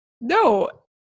No